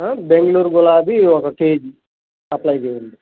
బెంగళూరు గులాబీ ఒక KG supply చెయ్యండి